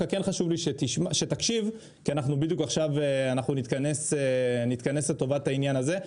חשוב לי שתקשיב, כי אנחנו נתכנס לטובת העניין הזה.